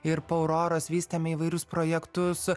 ir po auroros vystėme įvairius projektus